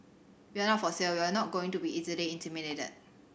we're not for sale and we're not going to be easily intimidated